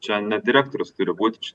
čia ne direktorius turi būti